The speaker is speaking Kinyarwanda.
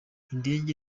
indege